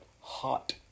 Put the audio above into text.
hot